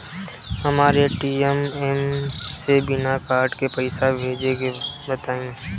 हमरा ए.टी.एम से बिना कार्ड के पईसा भेजे के बताई?